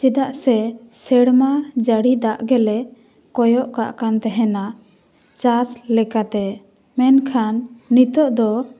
ᱪᱮᱫᱟᱜ ᱥᱮ ᱥᱮᱨᱢᱟ ᱡᱟᱹᱲᱤ ᱫᱟᱜᱽ ᱜᱮᱞᱮ ᱠᱚᱭᱚᱜ ᱠᱟᱜ ᱠᱟᱱ ᱛᱟᱦᱮᱱᱟ ᱪᱟᱥ ᱞᱮᱠᱟᱛᱮ ᱢᱮᱱᱠᱷᱟᱱ ᱱᱤᱛᱚᱜ ᱫᱚ